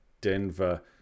Denver